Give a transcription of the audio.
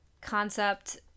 concept